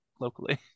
locally